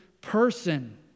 person